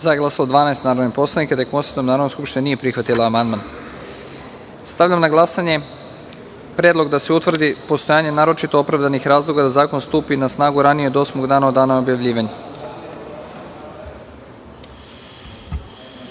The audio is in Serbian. prisutnih 182 narodna poslanika. Konstatujem da Narodna skupština nije prihvatila ovaj amandman. Stavljam na glasanje predlog da se utvrdi postojanje naročito opravdanih razloga da zakon stupi na snagu ranije od osmog dana od dana objavljivanja. Molim